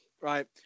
right